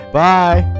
bye